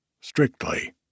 Strictly